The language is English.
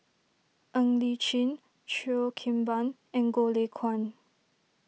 Ng Li Chin Cheo Kim Ban and Goh Lay Kuan